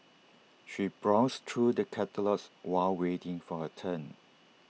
she browsed through the catalogues while waiting for her turn